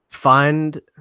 Find